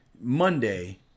Monday